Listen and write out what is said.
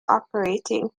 operating